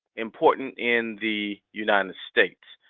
important in the united states,